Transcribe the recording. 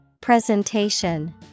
Presentation